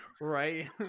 Right